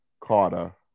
Carter